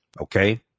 Okay